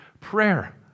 prayer